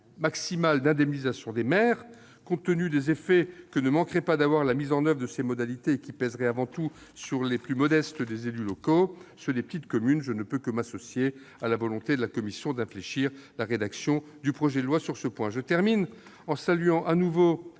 maximal d'indemnisation des maires. Compte tenu des effets que ne manquerait pas d'avoir la mise en oeuvre de ces modalités, qui pèserait avant tout sur les plus modestes des élus locaux, ceux des petites communes, je ne peux que m'associer à la volonté de la commission d'infléchir la rédaction du projet de loi sur ce point. Je termine en saluant de nouveau